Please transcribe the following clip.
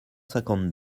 cinquante